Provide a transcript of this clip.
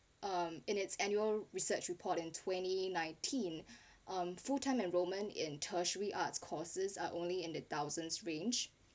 um in its annual research report in twenty nineteen um full time enrolment in tertiary arts courses are only in the thousands range